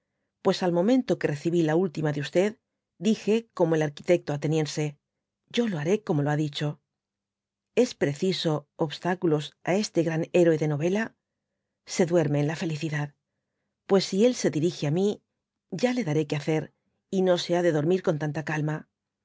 pues al momento que recibí la última de dije como el arquitecto ateniense yo lo haré como lo ha dicho es preciso obstáculos á este gran héroe de novela se duerme en la felicidad pues si él se dirige á mi ya le daré que hacer y no se ha de dormir con tanta caima